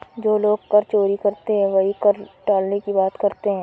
जो लोग कर चोरी करते हैं वही कर टालने की बात करते हैं